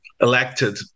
elected